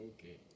Okay